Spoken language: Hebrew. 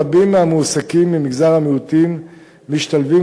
רבים מהמועסקים ממגזר המיעוטים משתלבים